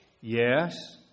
Yes